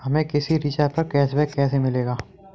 हमें किसी रिचार्ज पर कैशबैक कैसे मिलेगा?